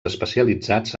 especialitzats